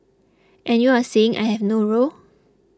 and you are saying I have no role